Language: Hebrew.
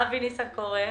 אבי ניסנקורן,